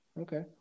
Okay